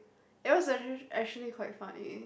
that was actually actually quite funny